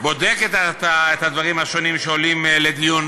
בודקת את הדברים השונים שעולים לדיון